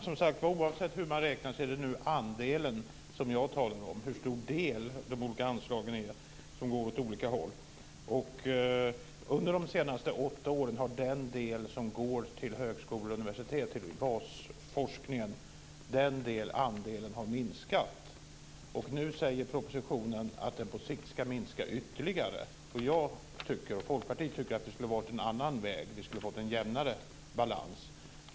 Fru talman! Oavsett hur man räknar är det andelen som jag talar om, hur stor del av de olika anslagen som går åt olika håll. Under de senaste åtta åren har den del som har gått till högskolor och universitet, till basforskningen, minskat. Nu sägs det i propositionen att denna del på sikt ska minska ytterligare. Jag och Folkpartiet tycker att man skulle ha valt en annan väg. Då hade vi fått en jämnare balans.